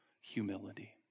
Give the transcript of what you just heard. humility